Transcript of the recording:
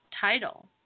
title